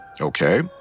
Okay